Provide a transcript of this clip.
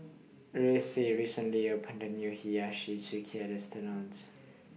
Ruthie recently opened A New Hiyashi Chuka restaurants